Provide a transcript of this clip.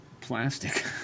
plastic